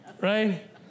Right